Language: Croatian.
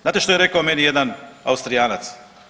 Znate što je rekao meni jedan Austrijanac?